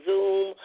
Zoom